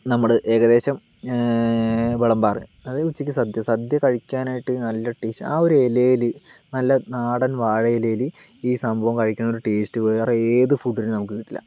നമ്മള് ഏകദേശം വിളമ്പാറ് അതായത് ഉച്ചക്ക് സദ് സദ്യ കഴിക്കാനായിട്ട് നല്ല ടേസ്റ്റ് ആ ഒരു ഇലയില് നല്ല നാടന് വാഴയിലയില് ഈ സംഭവം കഴിക്കുന്നതിന്റെ ഒരു ടേസ്റ്റ് വേറെ ഏതു ഫുഡിലും നമുക്ക് കിട്ടില്ല